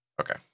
Okay